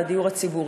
זה הדיור הציבורי.